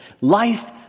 Life